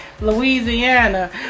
Louisiana